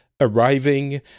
Arriving